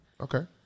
Okay